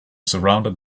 surrounded